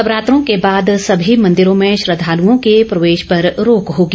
नवरात्रों के बाद सभी मंदिरों में श्रद्धालुओं के प्रवेश पर रोक होगी